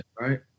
right